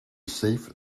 safe